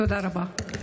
תודה רבה.